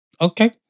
okay